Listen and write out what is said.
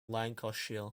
lancashire